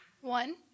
One